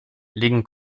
liegen